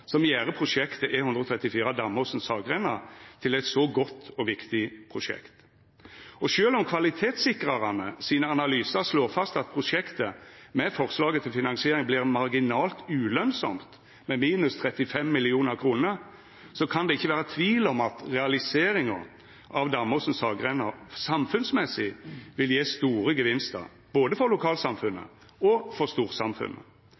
som gjer prosjektet E134 Damåsen–Saggrenda til eit så godt og viktig prosjekt. Og sjølv om kvalitetssikrarane sine analysar slår fast at prosjektet, med forslaget til finansiering, vert marginalt ulønsamt, med minus 35 mill. kr, kan det ikkje vera tvil om at realisering av Damåsen–Saggrenda samfunnsmessig vil gje store gevinstar, for både lokalsamfunnet og storsamfunnet.